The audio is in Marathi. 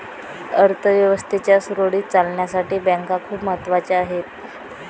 अर्थ व्यवस्थेच्या सुरळीत चालण्यासाठी बँका खूप महत्वाच्या आहेत